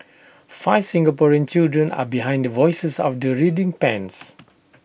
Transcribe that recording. five Singaporean children are behind the voices of the reading pens